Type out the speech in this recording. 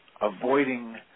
avoiding